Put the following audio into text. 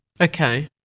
Okay